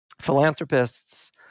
philanthropists